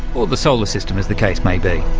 or the solar-system as the case may be.